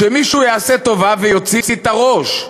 שמישהו יעשה טובה ויוציא את הראש.